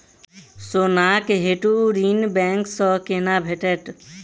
सोनाक हेतु ऋण बैंक सँ केना भेटत?